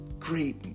great